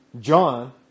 John